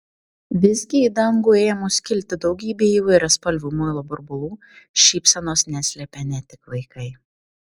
vis gi į dangų ėmus kilti daugybei įvairiaspalvių muilo burbulų šypsenos neslėpė ne tik vaikai